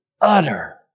Utter